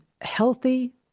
healthy